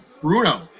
Bruno